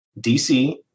DC